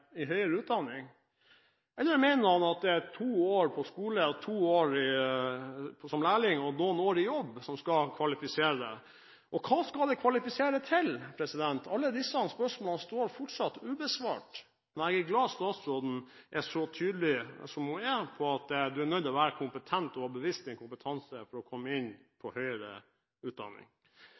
høyere utdanning? Eller mener han at to år på skole og to år som lærling og noen år i jobb skal kvalifisere til det? Hva skal det kvalifisere til? Alle disse spørsmålene står fortsatt ubesvart, men jeg er glad for at statsråden er så tydelig som hun er, på at du er nødt til å være kompetent og være bevisst din kompetanse for å komme inn på høyere utdanning.